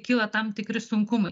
kyla tam tikri sunkumai